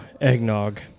eggnog